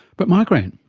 but migraine.